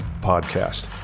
Podcast